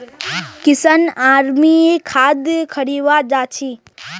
किशन आर मी खाद खरीवा जा छी